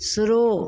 शुरू